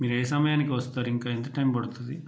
మీరు ఏ సమయానికి వస్తారు ఇంకా ఎంత టైం పడుతుంది